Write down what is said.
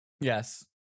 Yes